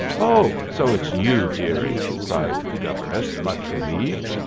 oh, so it's you, deary! cried the governess, much relieved.